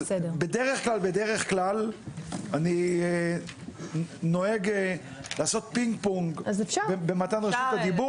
בדרך כלל אני נוהג לעשות פינג-פונג במתן רשות הדיבור,